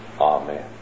Amen